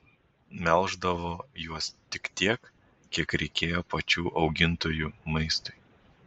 melždavo juos tik tiek kiek reikėjo pačių augintojų maistui